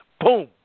Boom